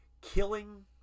killing